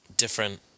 different